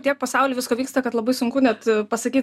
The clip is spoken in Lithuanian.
tiek pasauly visko vyksta kad labai sunku net pasakyt